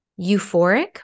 euphoric